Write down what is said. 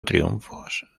triunfos